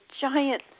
giant